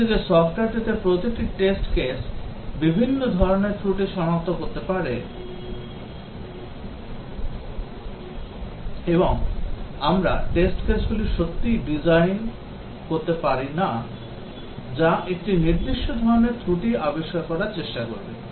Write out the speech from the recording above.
অন্যদিকে সফ্টওয়্যারটিতে প্রতিটি test case বিভিন্ন ধরণের ত্রুটি সনাক্ত করতে পারে এবং আমরা test case গুলি সত্যই ডিজাইন করতে পারি না যা একটি নির্দিষ্ট ধরণের ত্রুটি আবিষ্কার করার চেষ্টা করবে